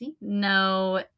no